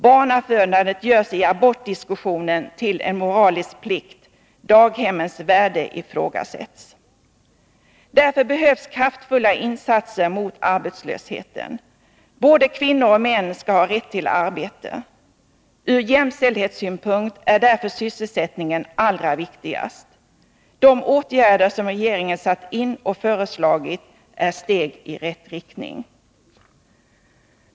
Barnafödandet görs i abortdiskussionen till en moralisk plikt, daghemmens värde ifrågasätts. Därför behövs kraftfulla insatser mot arbetslösheten. Både kvinnor och män skall ha rätt till arbete. Ur jämställdhetssynpunkt är därför sysselsättningen allra viktigast. De åtgärder som regeringen har satt in och föreslagit är steg i rätt riktning.